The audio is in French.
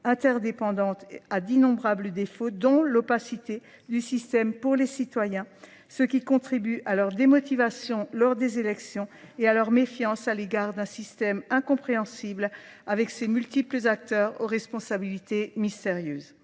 interdépendantes à d'innombrables défauts dont l'opacité du système pour les citoyens, ce qui contribue à leur démotivation lors des élections et à leur méfiance à l'égard d'un système incompréhensible avec ses multiples acteurs aux responsabilités mystérieuses.